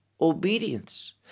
obedience